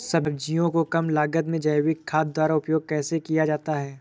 सब्जियों को कम लागत में जैविक खाद द्वारा उपयोग कैसे किया जाता है?